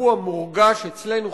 הוא המורגש אצלנו,